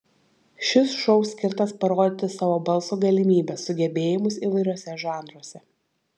šis šou skirtas parodyti savo balso galimybes sugebėjimus įvairiuose žanruose